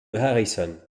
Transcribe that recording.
harrison